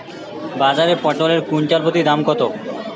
বাজারে পটল এর কুইন্টাল প্রতি দাম কত?